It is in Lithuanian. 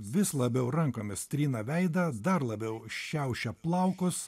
vis labiau rankomis trina veidą dar labiau šiaušia plaukus